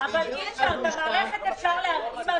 אז תוכל להביא אותם.